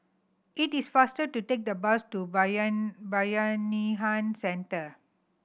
it is faster to take the bus to Bayanihan Centre